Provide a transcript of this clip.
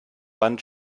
wand